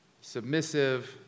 submissive